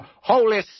Holy